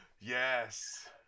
yes